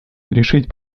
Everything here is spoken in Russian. решить